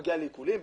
לעיקולים,